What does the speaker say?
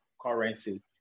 currency